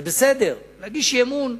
זה בסדר להגיש אי-אמון.